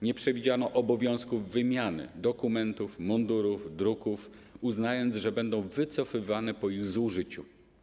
Nie przewidziano obowiązku wymiany dokumentów, mundurów, druków, uznając, że będą wycofywane po ich zużyciu.